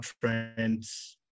trends